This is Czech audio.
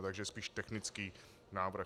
Takže spíš technický návrh.